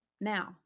now